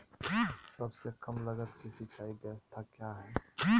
सबसे कम लगत की सिंचाई ब्यास्ता क्या है?